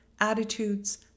attitudes